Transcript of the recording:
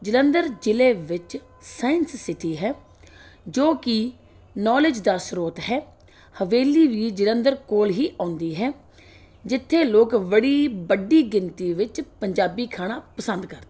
ਜਲੰਧਰ ਜ਼ਿਲ੍ਹੇ ਵਿੱਚ science city ਹੈ ਜੋ ਕਿ ਨੋਲੇਜ ਦਾ ਸ੍ਰੋਤ ਹੈ ਹਵੇਲੀ ਵੀ ਜਲੰਧਰ ਕੋਲ ਹੀ ਆਉਂਦੀ ਹੈ ਜਿੱਥੇ ਲੋਕ ਬੜੀ ਵੱਡੀ ਗਿਣਤੀ ਵਿੱਚ ਪੰਜਾਬੀ ਖਾਣਾ ਪਸੰਦ ਕਰਦੇ ਹਨ